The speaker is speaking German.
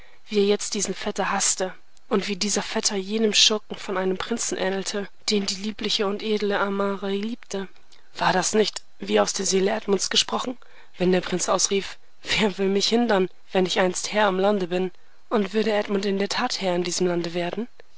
wie er jetzt diesen vetter haßte und wie dieser vetter jenem schurken von einem prinzen ähnelte den die liebliche und edle amara liebte war das nicht wie aus der seele edmunds gesprochen wenn der prinz ausrief wer will mich hindern wenn ich erst herr im lande bin und würde edmund in der tat herr in diesem lande werden